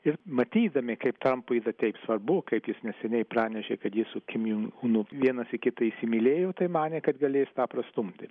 ir matydami kaip trampui yra taip svarbu kaip jis neseniai pranešė kad jis su kim jong unu vienas į kitą įsimylėjo tai manė kad galės tą prastumti